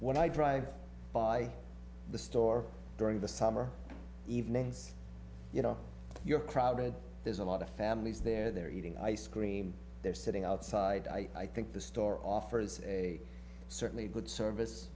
when i drive by the store during the summer evenings you know you're crowded there's a lot of families there they're eating ice cream they're sitting outside i think the store offers a certainly a good service